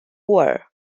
war